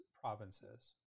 provinces